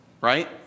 right